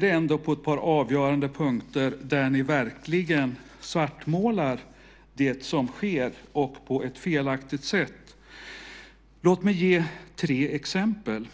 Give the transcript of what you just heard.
det ändå ett par avgörande punkter där ni verkligen svartmålar det som sker på ett felaktigt sätt. Låt mig ge tre exempel.